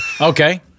Okay